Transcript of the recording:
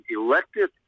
elected